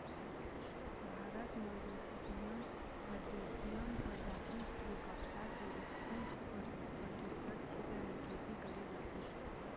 भारत म gossypium herbaceum परजाति के कपसा के एक्कीस परतिसत छेत्र म खेती करे जाथे